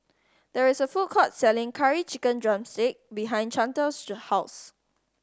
there is a food court selling Curry Chicken drumstick behind Chantal's house